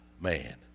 man